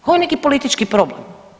Ovo je neki politički problem.